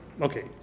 okay